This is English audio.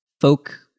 folk